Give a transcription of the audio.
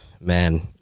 man